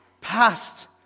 past